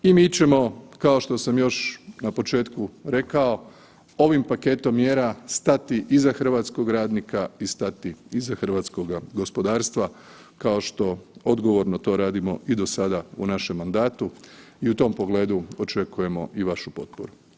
I mi ćemo, kao što sam već na početku rekao, ovim paketom mjera stati iza hrvatskog radnika i stati iza hrvatskoga gospodarstva kao što odgovorno to radimo i do sada u našem mandatu i u tom pogledu očekujemo i vašu potporu.